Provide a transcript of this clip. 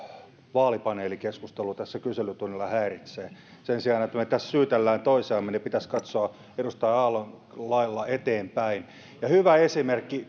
vaalipaneelikeskustelu tässä kyselytunnilla häiritsee sen sijaan että me tässä syyttelemme toisiamme pitäisi katsoa edustaja aallon lailla eteenpäin ja hyvä esimerkki